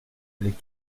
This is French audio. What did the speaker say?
les